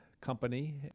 Company